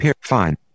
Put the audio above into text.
Fine